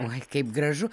oi kaip gražu